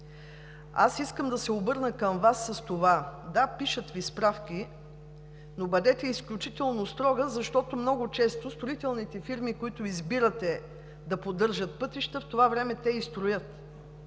Искам да се обърна към Вас с това: да, пишат Ви справки, но бъдете изключително строга, защото много често строителните фирми, които избирате да поддържат пътища, в това време те и строят.